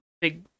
big